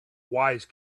wise